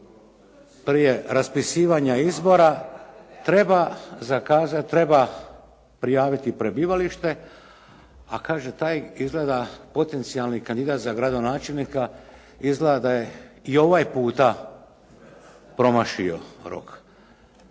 prije raspisivanja izbora treba zakazati, treba prijaviti prebivalište. A kaže taj izgleda potencijalni kandidat za gradonačelnika izgleda da je i ovaj puta promašio rok.“